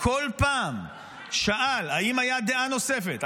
הוא כל פעם שאל האם הייתה דעה נוספת,